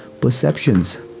perceptions